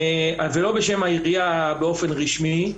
אבל אני לא מדבר בשם העירייה באופן רשמי.